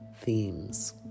themes